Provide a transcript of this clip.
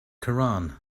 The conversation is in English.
koran